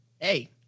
Hey